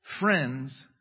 Friends